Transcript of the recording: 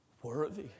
Worthy